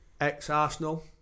ex-Arsenal